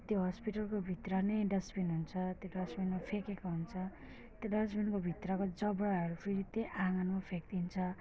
त्यो हस्पिटलको भित्र नै डस्बिन हुन्छ त्यो डस्बिनमा फ्याँकेको हुन्छ त्यो डस्बिनको भित्रको जबडाहरू फेरि त्यही आँगनमा फ्याँकिदिन्छ